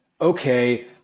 okay